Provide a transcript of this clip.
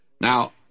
Now